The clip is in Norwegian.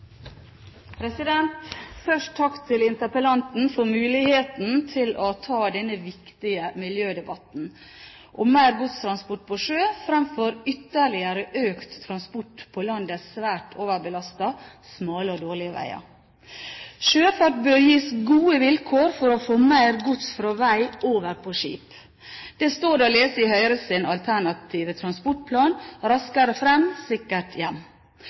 Først takk til interpellanten for muligheten til å ta denne viktige miljødebatten om mer godstransport på sjø, fremfor ytterligere økt transport på landets svært overbelastede, smale og dårlige veier. «Sjøfart bør gis gode vilkår for å få mer gods fra vei over på skip.» Det står det å lese i Høyres transportplan «Raskere frem – sikkert hjem».